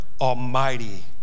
almighty